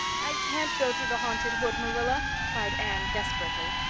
i can't go through the haunted wood, marilla, cried anne desperately.